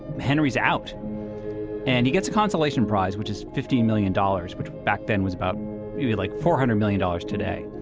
henry's out and he gets a consolation prize which is fifteen million dollars which back then was about maybe like four hundred million dollars today.